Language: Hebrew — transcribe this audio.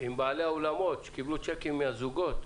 -- עם בעלי האולמות שקיבלו שיקים מהזוגות.